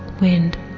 wind